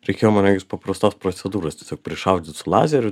reikėjo man regis paprastos procedūros tiesiog prišaudyt su lazeriu